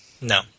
No